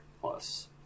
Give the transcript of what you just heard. plus